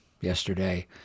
yesterday